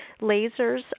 lasers